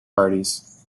parties